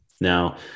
Now